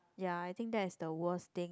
ya I think that's the worst thing